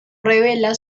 revela